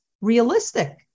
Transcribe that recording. realistic